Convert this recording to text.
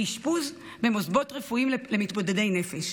באשפוז במוסדות רפואיים למתמודדי נפש.